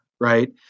right